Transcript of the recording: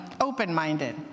open-minded